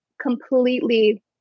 completely